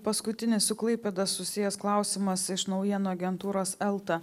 paskutinis su klaipėda susijęs klausimas iš naujienų agentūros elta